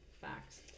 Facts